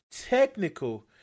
technical